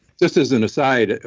just as an aside,